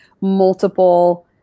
multiple